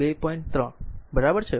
3 બરાબર છે